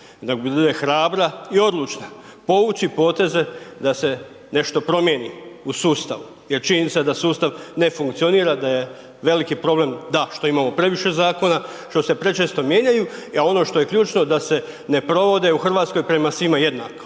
da bude hrabra i odlučna povući poteze da se nešto promijeni u sustavu jer činjenica je da sustav ne funkcionira, da je veliki problem da što imamo previše zakona što se prečesto mijenjaju. A ono što je ključno da se ne provode u Hrvatskoj prema svima jednako.